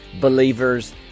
believers